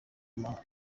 amahanga